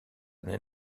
année